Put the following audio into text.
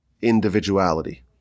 individuality